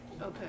Okay